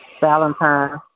Valentine